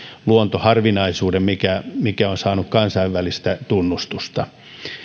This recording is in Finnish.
luontoharvinaisuuden mikä mikä on saanut kansainvälistä tunnustusta